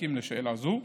מדויקים לשאלה זו.